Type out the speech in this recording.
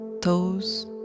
toes